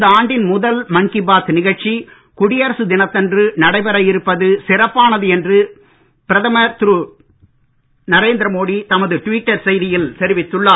இந்த ஆண்டின் முதல் மன்கி பாத் நிகழ்ச்சி குடியரசு தினத்தன்று நடைபெற இருப்பது சிறப்பானது என்று பிரதமர் தமது ட்விட்டர் செய்தியில் தெரிவித்துள்ளார்